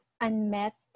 unmet